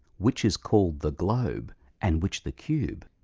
which is called the globe and which the cube,